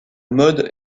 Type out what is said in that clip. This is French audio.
mode